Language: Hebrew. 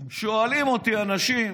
שואלים אותי אנשים: